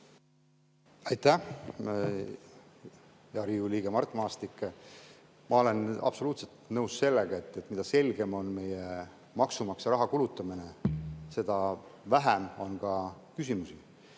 Riigikogu liige Mart Maastik! Ma olen absoluutselt nõus sellega, et mida selgem on meie maksumaksja raha kulutamine, seda vähem on ka küsimusi.